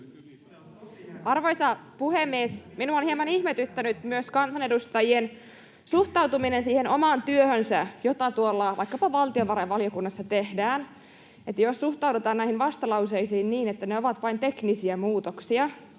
Arvoisa puhemies! Minua on hieman ihmetyttänyt myös kansanedustajien suhtautuminen siihen omaan työhönsä, jota tuolla vaikkapa valtiovarainvaliokunnassa tehdään, että jos suhtaudutaan näihin vastalauseisiin niin, että ne ovat vain teknisiä muutoksia,